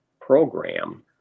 program